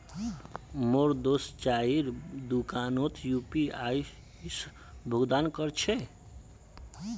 मोर दोस्त चाइर दुकानोत यू.पी.आई स भुक्तान कर छेक